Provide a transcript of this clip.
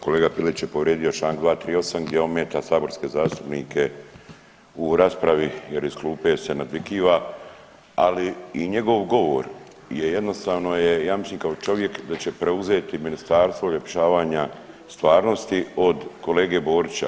Kolega Piletić je povrijedio Članak 238. gdje ometa saborske zastupnike u raspravi jer iz klupe se nadvikiva, ali i njegov govor je jednostavno je ja mislim kao čovjek da će preuzeti ministarstvo uljepšavanja stvarnosti od kolege Borića.